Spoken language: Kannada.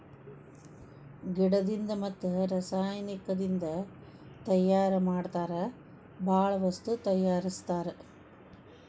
ಗಿಡದಿಂದ ಮತ್ತ ರಸಾಯನಿಕದಿಂದ ತಯಾರ ಮಾಡತಾರ ಬಾಳ ವಸ್ತು ತಯಾರಸ್ತಾರ